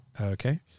Okay